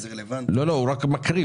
וזה לא פוליטי מבחינתי,